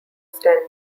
sten